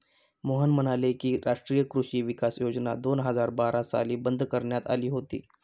मोहन म्हणाले की, राष्ट्रीय कृषी विकास योजना दोन हजार बारा साली बंद करण्यात आली होती